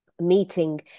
meeting